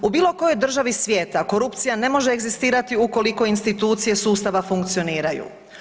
U bilo kojoj državi svijeta korupcija ne može egzistirati ukoliko institucije sustava funkcioniraju.